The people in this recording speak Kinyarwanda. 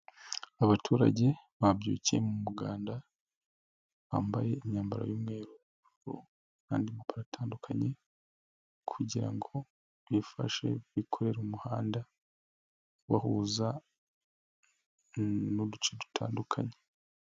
Abaturage babyukiye mu muganda, bambaye imyambaro y'umweruru n'andi mabara atandukanye kugira ngo bifashe bikore umuhanda Ubahuza n'uduce dutandukanye.